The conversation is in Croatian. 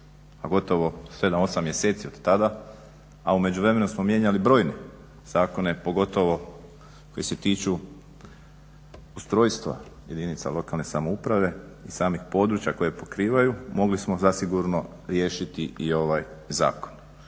pa gotovo 7, 8 mjeseci otada a u međuvremenu smo mijenjali brojne zakone, pogotovo koji se tiču ustrojstva jedinica lokalne samouprave i samih područja koje pokrivaju. Mogli smo zasigurno riješiti i ovaj zakon.